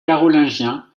carolingiens